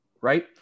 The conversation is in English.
right